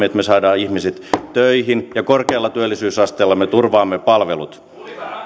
että me saamme ihmiset töihin ja korkealla työllisyysasteella me turvaamme palvelut